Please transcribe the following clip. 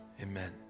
amen